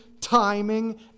timing